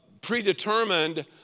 predetermined